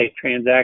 transaction